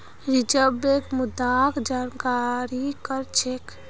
reserve Bank मुद्राक जारी कर छेक